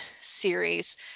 series